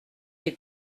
des